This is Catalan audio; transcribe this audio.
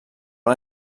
una